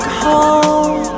home